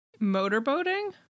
motorboating